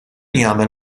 jagħmel